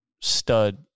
stud